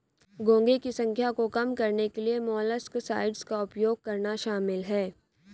घोंघे की संख्या को कम करने के लिए मोलस्कसाइड्स का उपयोग करना शामिल है